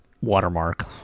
watermark